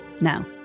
Now